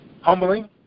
humbling